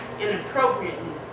inappropriately